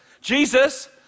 Jesus